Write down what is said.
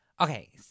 Okay